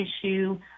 issue